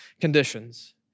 conditions